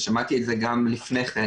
ושמעתי את זה גם לפני כן